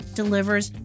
delivers